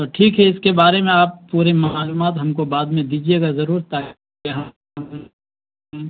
تو ٹھیک ہے اس کے بارے میں آپ پورے معلومات ہم کو بعد میں دیجیے گا ضرور ت